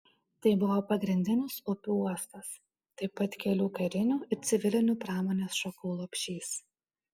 tai buvo pagrindinis upių uostas taip pat kelių karinių ir civilinių pramonės šakų lopšys